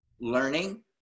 learning